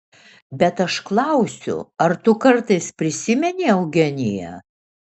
bet aš klausiu ar tu kartais prisimeni eugeniją